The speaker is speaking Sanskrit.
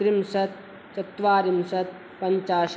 त्रिंशत् चत्वारिंशत् पञ्चाशत्